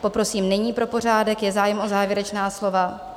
Poprosím nyní pro pořádek, je zájem o závěrečná slova?